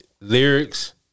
lyrics